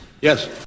Yes